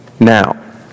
Now